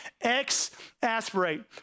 exasperate